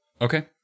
okay